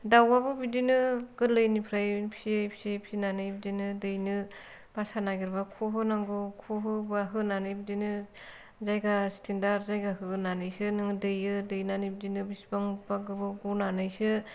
दावाबो बिदिनो गोरलैनिफ्राय फिसियै फिसियै फिसिनानै बिदिनो दैनि बासा नागिरबा ख' होनांगौ ख' होबाहोनानै बिदिनो जायगा स्टेनडार्ड जायगा होनानैसो नोङो दैयो दैनानै बिदिनो बिसिबांबा गोबाव ग'नानैसो